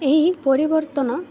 ଏହି ପରିବର୍ତ୍ତନ